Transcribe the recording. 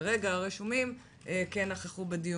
ואכן כל חברי הוועדה כרגע הרשומים שנכחו בדיון,